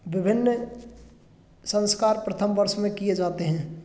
विभिन्न संस्कार प्रथम वर्ष में किए जाते हैं